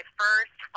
first